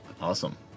Awesome